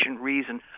reason